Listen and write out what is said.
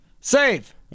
Save